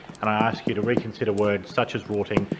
and i ask you to reconsider words such as rorting.